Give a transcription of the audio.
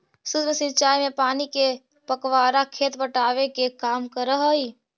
सूक्ष्म सिंचाई में पानी के फव्वारा खेत पटावे के काम करऽ हइ